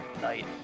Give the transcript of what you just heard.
night